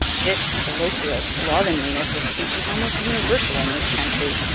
this colloquial slovenliness of speech is almost universal in this country,